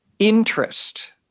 interest